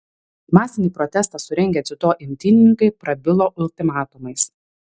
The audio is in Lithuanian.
masinį protestą surengę dziudo imtynininkai prabilo ultimatumais